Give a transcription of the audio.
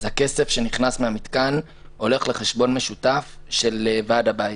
אז הכסף שנכנס מהמתקן הולך לחשבון משותף של ועד הבית,